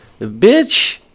Bitch